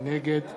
נגד